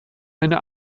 eine